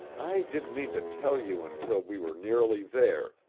i didn't mean to tell you until we were nearly there,